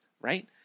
right